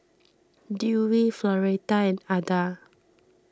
Dewey Floretta and Adda